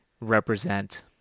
represent